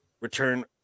return